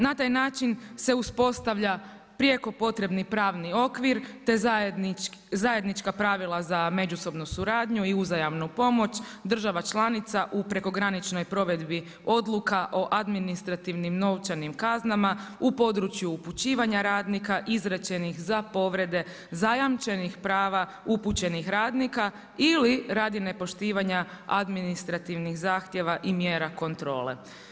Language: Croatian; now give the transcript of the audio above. Na taj način se uspostavlja prijeko potrebni pravni okvir te zajednička pravila za međusobnu suradnju i uzajamnu pomoć država članica u prekograničnoj provedbi odluka o administrativnim novčanim kaznama u području upućivanja radnika izrečenih za povrede zajamčenih prava upućenih radnika ili radi nepoštivanja administrativnih zahtjeva i mjera kontrole.